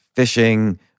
fishing